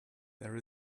there